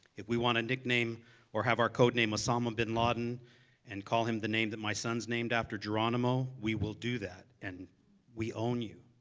if we want to nickname or have our code name osama bin laden and call him the name that my son's named after, geronimo, we will do that and we own you.